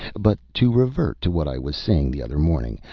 but to revert to what i was saying the other morning,